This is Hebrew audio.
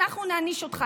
אנחנו נעניש אותך,